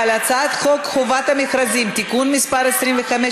על הצעת חוק חובת המכרזים (תיקון מס' 25),